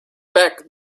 back